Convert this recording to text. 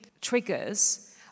triggers